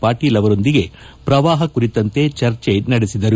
ಪಾಟೀಲ್ ಅವರೊಂದಿಗೆ ಪ್ರವಾಹ ಕುರಿತಂತೆ ಚರ್ಚೆ ನಡೆಸದರು